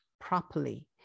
properly